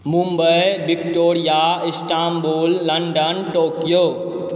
Mumbai Victoria Istanbul London Tokyo